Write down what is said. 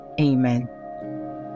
Amen